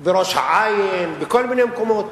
בראש-העין, בכל מיני מקומות.